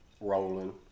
rolling